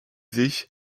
sich